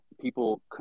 people